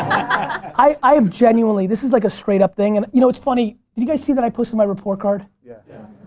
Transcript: i um genuinely, this is like a straight up thing, and you know it's funny, did you guys see that i posted my report card. yeah. yeah